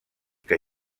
que